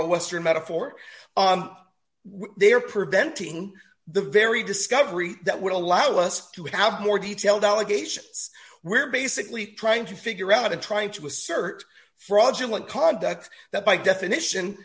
a western metaphor they are preventing the very discovery that would allow us to have more detailed allegations were basically trying to figure out and trying to assert fraudulent conduct that by definition